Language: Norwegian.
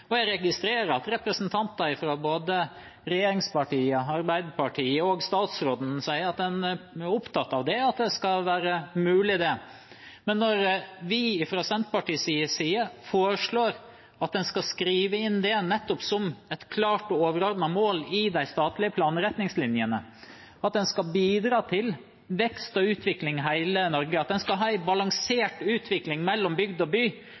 planpolitikken. Jeg registrerer at representanter fra regjeringspartiene, representanter fra Arbeiderpartiet og statsråden sier at en er opptatt av at det skal være mulig. Men når vi fra Senterpartiets side foreslår at en skal skrive det inn nettopp som et klart og overordnet mål i de statlige planretningslinjene – at en skal bidra til vekst og utvikling i hele Norge, at en skal ha en balansert utvikling mellom bygd og by,